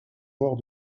mort